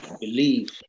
believe